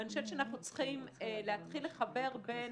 ואני חושבת שאנחנו צריכים להתחיל לחבר בין